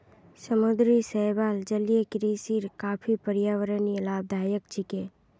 समुद्री शैवाल जलीय कृषिर काफी पर्यावरणीय लाभदायक छिके